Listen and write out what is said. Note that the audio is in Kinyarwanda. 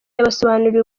yabasobanuriye